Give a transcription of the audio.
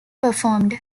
performed